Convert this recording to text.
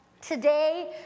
Today